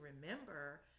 remember